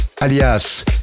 alias